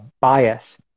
bias